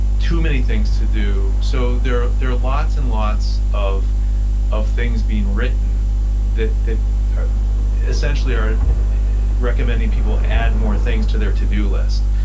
too many things to do. so there there are lots and lots of of things being written that that essentially are recommending people add more things to their to do list.